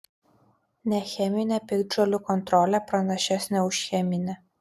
necheminė piktžolių kontrolė pranašesnė už cheminę